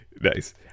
Nice